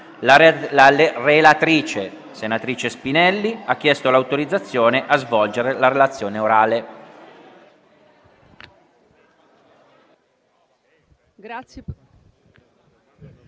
La relatrice, senatrice Spinelli, ha chiesto l'autorizzazione a svolgere la relazione orale.